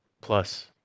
Plus